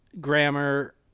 grammar